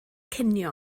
cinio